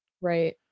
Right